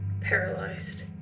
paralyzed